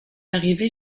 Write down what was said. arrivée